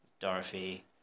Dorothy